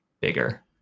bigger